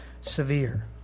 severe